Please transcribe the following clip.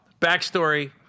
Backstory